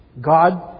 God